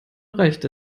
reicht